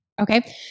Okay